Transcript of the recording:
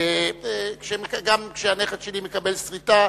גם כשהנכד שלי מקבל סריטה,